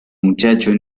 muchacho